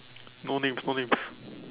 no names no names